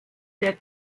der